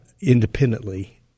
independently